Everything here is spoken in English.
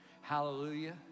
Hallelujah